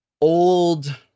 old